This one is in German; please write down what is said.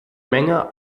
menge